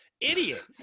idiot